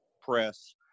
press